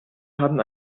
haben